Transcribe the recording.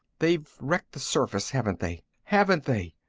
they've wrecked the surface, haven't they? haven't they?